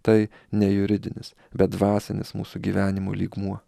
tai ne juridinis bet dvasinis mūsų gyvenimo lygmuo